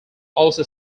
also